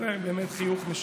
זה באמת חיוך משעשע,